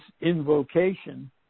invocation